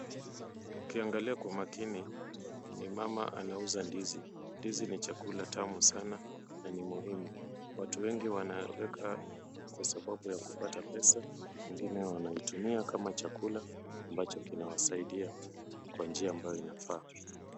Ukiangalia kwa makini ni mama anauza ndizi. Ndizi ni chakula tamu sana, na ni muhimu. Watu wengi wanaweka kwa sababu ya kupata pesa, wengine wanaitumia kama chakula, ambacho kinawasaidia kwa njia ambayo inafaa.